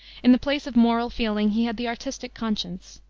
in the place of moral feeling he had the artistic conscience.